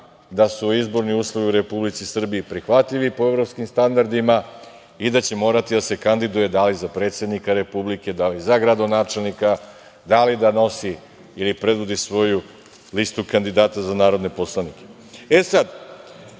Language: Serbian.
da su izborni uslovi u Republici Srbiji prihvatljivi po evropskim standardima i da će morati da se kandiduje da li za predsednika Republike, da li za gradonačelnika, da li da nosi ili predvodi svoju listu kandidata za narodne poslanike.E, sada,